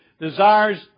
desires